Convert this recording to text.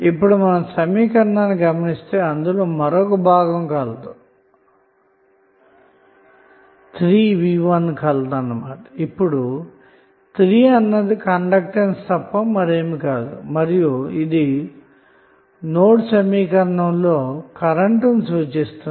ఇప్పుడు మీరు సమీకరణాన్ని గమనిస్తే అందులో మరొక భాగం 3v1 కలదు ఇక్కడ 3 అన్నది కండక్టెన్స్ తప్ప మరేమి కాదు మరియు ఇది నోడ్ సమీకరణం లో కరెంటు ని సూచిస్తుంది